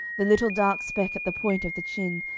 the little dark speck at the point of the chin,